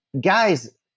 Guys